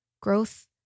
Growth